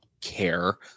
care